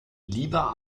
lieber